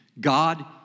God